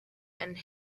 and